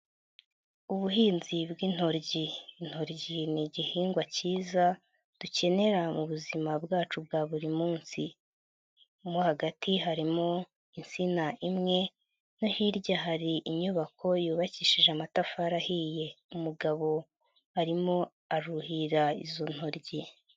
Ubuhinzi bw'intoryi, intoryi ni igihingwa cyiza dukenera mu buzima bwacu bwa buri munsi, mo hagati harimo insina imwe no hirya hari inyubako yubakishije amatafari ahiye, umugabo arimo aruhira izo ntoryi.